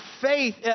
faith